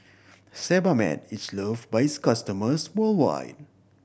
Sebamed is love by its customers worldwide